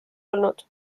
olnud